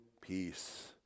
peace